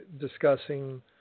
discussing